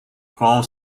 prend